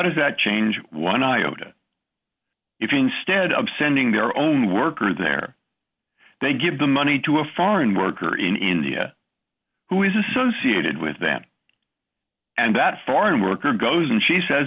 does that change one iota if you instead of sending their own worker there they give the money to a foreign worker in india who is associated with them and that foreign worker goes and she says